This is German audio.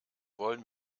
wollen